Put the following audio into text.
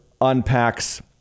unpacks